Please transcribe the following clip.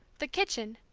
the kitchen,